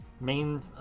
main